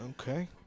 Okay